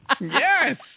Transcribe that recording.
Yes